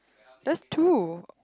that's two